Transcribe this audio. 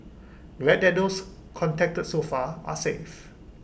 glad that those contacted so far are safe